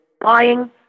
buying